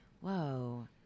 whoa